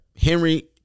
Henry